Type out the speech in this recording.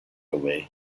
away